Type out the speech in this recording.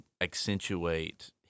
accentuate